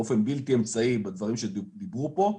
באופן בלתי אמצעי בדברים שדיברו פה,